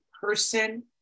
person